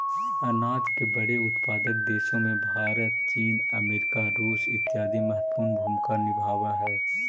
अनाज के बड़े उत्पादक देशों में भारत चीन अमेरिका रूस इत्यादि महत्वपूर्ण भूमिका निभावअ हई